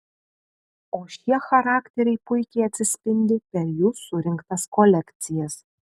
o šie charakteriai puikiai atsispindi per jų surinktas kolekcijas